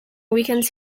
weekends